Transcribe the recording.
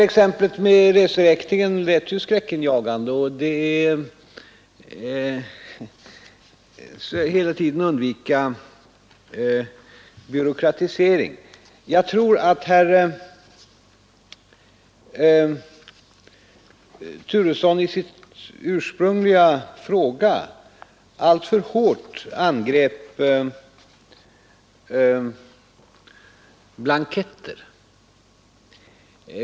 Exemplet med reseräkningen lät ju skräckinjagande, och jag vill understryka att vi hela tiden skall undvika byråkratisering. Jag tror att herr Turesson i sin interpellation alltför hårt angrep blanketter.